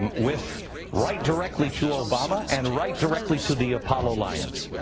um with write directly to obama and write directly to the apollo alliance